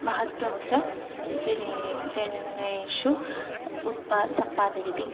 महत्त्वं च जने जन्नेषु उत्पादः सम्पादयति